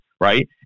Right